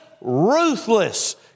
ruthless